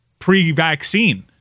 Pre-vaccine